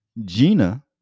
Gina